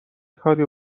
کاری